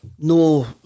No